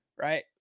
Right